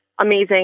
amazing